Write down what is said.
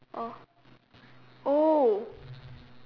oh oh